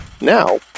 now